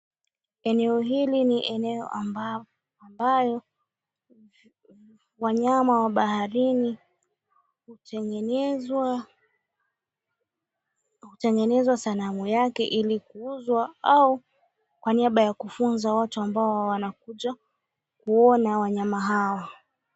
Eneo hili ni eneo ambayo wanyama wa baharini hutengenezwa sanamu yake ili kuuzwa au kwa niaba ya kufunza watu ambao wanakuja kuona wanyama hao.